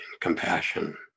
compassion